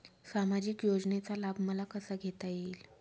सामाजिक योजनेचा लाभ मला कसा घेता येईल?